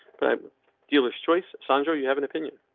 um dealers choice sandra, you have an opinion.